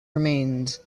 remains